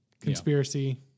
conspiracy